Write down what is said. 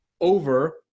over